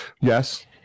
yes